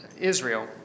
Israel